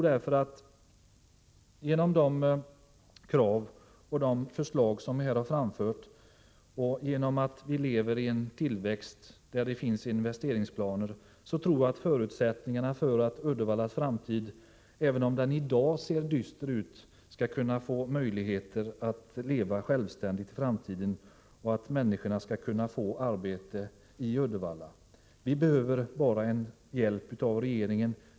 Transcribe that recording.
Därför tror jag — vi lever ju i en tid av tillväxt och investeringsplaner — att förutsättningar finns för att Uddevalla i framtiden, även om framtiden i dag ser dyster ut, skall kunna leva självständigt och ge människorna arbete. Vi behöver bara hjälp av regeringen.